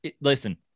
Listen